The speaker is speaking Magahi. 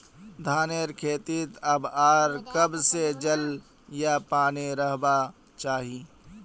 धानेर खेतीत कब आर कब से जल या पानी रहबा चही?